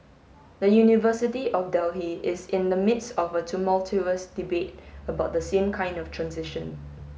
the University of Delhi is in the midst of a tumultuous debate about the same kind of transition